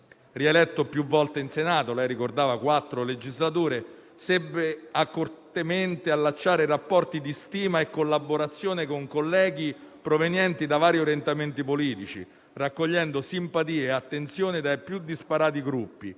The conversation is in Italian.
Rieletto più volte in Senato - come lei ricordava - per quattro legislature, seppe accortamente allacciare rapporti di stima e collaborazione con colleghi provenienti da vari orientamenti politici, raccogliendo simpatie e attenzione dai più disparati gruppi,